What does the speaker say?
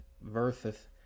versus